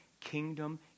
kingdom